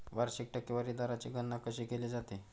वार्षिक टक्केवारी दराची गणना कशी केली जाते?